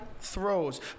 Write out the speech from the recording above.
throws